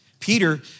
Peter